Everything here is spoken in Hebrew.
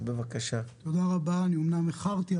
אומנם איחרתי,